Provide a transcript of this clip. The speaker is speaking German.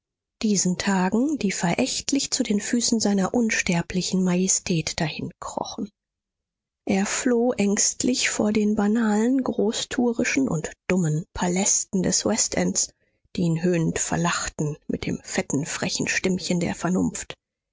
diesen tagen die verächtlich zu den füßen seiner unsterblichen majestät dahinkrochen er floh ängstlich vor den banalen großtuerischen und dummen palästen des westends die ihn höhnend verlachten mit dem fetten frechen sümmchen der vernunft